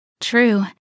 True